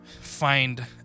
find